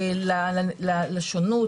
לשונות,